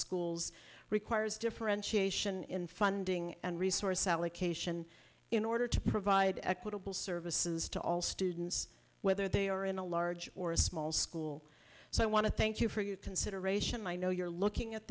schools requires differentiation in funding and resource allocation in order to provide equitable services to all students whether they are in a large or a small school so i want to thank you for your consideration i know you're looking at